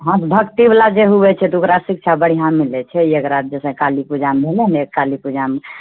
हँ भक्तिवला जे हुऐ छै तऽ ओकरासँ शिक्षा बढ़िआँ मिलैत छै एक राति जैसे काली पूजामे भेलै काली पूजामे